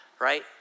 right